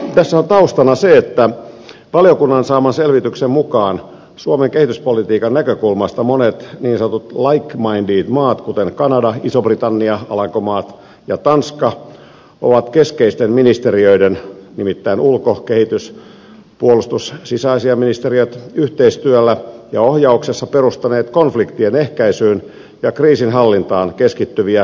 tässä on taustana se että valiokunnan saaman selvityksen mukaan suomen kehityspolitiikan näkökulmasta monet niin sanotut like minded maat kuten kanada iso britannia alankomaat ja tanska ovat keskeisten ministeriöiden nimittäin ulko kehitys puolustus sisäasiainministeriön yhteistyöllä ja ohjauksessa perustaneet konfliktien ehkäisyyn ja kriisinhallintaan keskittyviä vakautusrahastoja